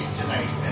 tonight